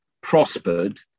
prospered